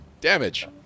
damage